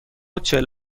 چهل